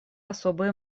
особые